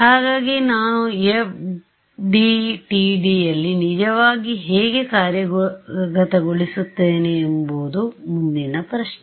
ಹಾಗಾಗಿ ನಾನು FDTD ಯಲ್ಲಿ ನಿಜವಾಗಿ ಹೇಗೆ ಕಾರ್ಯಗತಗೊಳಿಸುತ್ತೇನೆ ಎಂಬದು ಮುಂದಿನ ಪ್ರಶ್ನೆ